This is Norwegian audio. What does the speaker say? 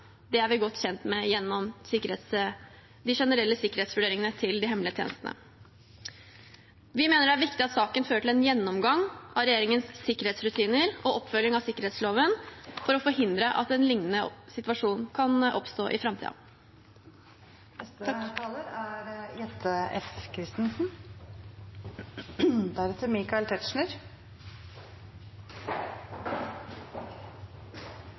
Det er vi godt kjent med gjennom de generelle sikkerhetsvurderingene til de hemmelige tjenestene. Vi mener det er viktig at saken fører til en gjennomgang av regjeringens sikkerhetsrutiner og oppfølging av sikkerhetsloven for å forhindre at en lignende situasjon kan oppstå i